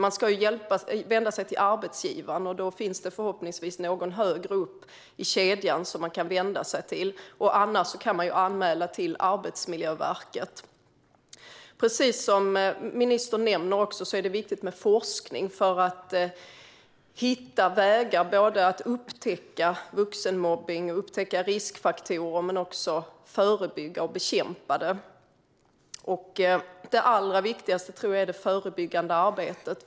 Man ska ju vända sig till arbetsgivaren, och förhoppningsvis finns det någon högre upp i kedjan som man kan vända sig till. Annars kan man anmäla till Arbetsmiljöverket. Precis som ministern nämner är det viktigt med forskning för att hitta vägar för att upptäcka vuxenmobbning och riskfaktorer men också för att förebygga och bekämpa mobbningen. Det allra viktigaste tror jag är det förebyggande arbetet.